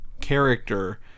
character